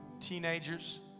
teenagers